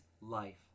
life